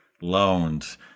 loans